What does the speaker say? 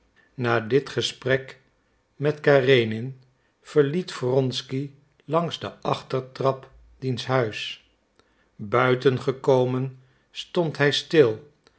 na dit gesprek met karenin verliet wronsky langs de achtertrap diens huis buiten gekomen stond hij stil